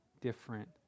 different